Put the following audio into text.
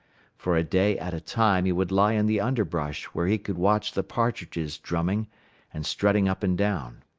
for a day at a time he would lie in the underbrush where he could watch the partridges drumming and strutting up and down.